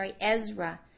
Ezra